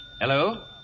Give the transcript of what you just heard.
Hello